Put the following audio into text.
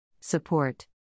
Support